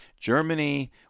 Germany